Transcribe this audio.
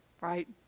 right